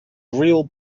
real